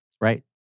right